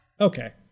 Okay